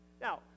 Now